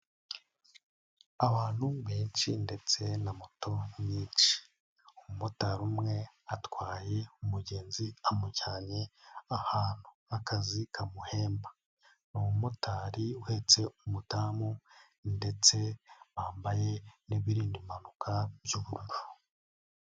Abantu benshi ndetse na moto nyinshi, umumotari umwe atwaye umugenzi amujyanye ahantu, akazi kamuhemba, ni umumotari uhetse umudamu ndetse bambaye n'ibirinda impanuka by'ubururu.